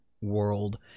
world